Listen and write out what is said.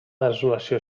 desolació